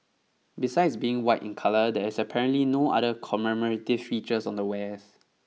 besides being white in colour there is apparently no other commemorative features on the wares